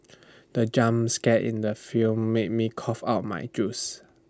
the in the film made me cough out my juice